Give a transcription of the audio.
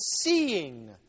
seeing